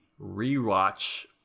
rewatch